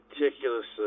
meticulously